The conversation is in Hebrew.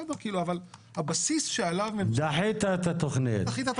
אבל הבסיס שעליו --- דחית את התכנית,